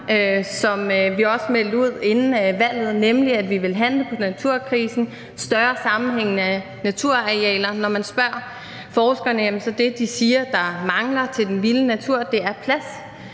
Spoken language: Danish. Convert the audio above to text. som vi også meldte ud inden valget, nemlig at vi vil handle på naturkrisen, større sammenhængende naturarealer. Når man spørger forskerne, er det, de siger der mangler til den vilde natur, plads,